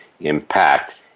impact